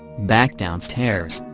back downstairs,